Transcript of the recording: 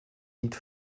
niet